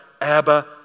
Abba